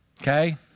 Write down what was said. Okay